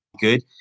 good